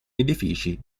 edifici